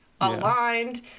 aligned